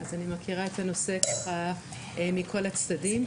אז אני מכירה את הנושא מכל הצדדים.